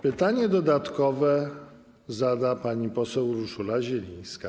Pytanie dodatkowe zada pani poseł Urszula Zielińska.